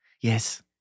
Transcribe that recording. Yes